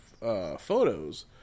photos